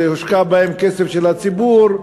שהושקע בהן כסף של הציבור,